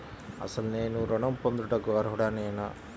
అసలు నేను ఋణం పొందుటకు అర్హుడనేన?